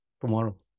tomorrow